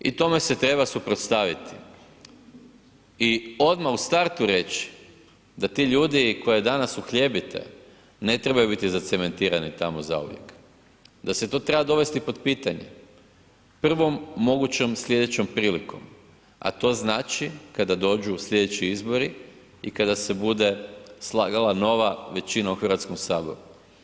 I tome se treba suprotstaviti i odmah u startu reći da ti ljudi koje danas uhljebite ne trebaju biti zacementirani tamo zauvijek, da se to treba dovesti pod pitanje prvom mogućom slijedećom prilikom, a to znači kada dođu slijedeće izbori i kada se bude slagala nova većina u Hrvatskom saboru.